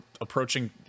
approaching